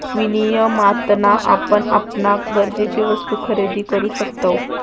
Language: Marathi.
विनियमातना आपण आपणाक गरजेचे वस्तु खरेदी करु शकतव